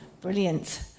Brilliant